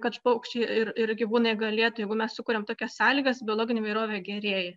kad paukščiai ir ir gyvūnai galėtų jeigu mes sukuriam tokias sąlygas biologinė įvairovė gerėja